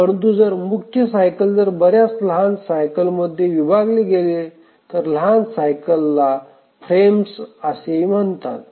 परंतु जर मुख्य सायकल जर बर्याच लहान सायकल मध्ये विभागले गेले तर लहान सायकल फ्रेम्स असेही म्हणतात